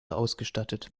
ausgestattet